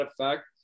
effect